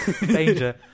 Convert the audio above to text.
danger